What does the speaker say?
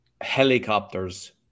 helicopters